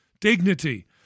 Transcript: Dignity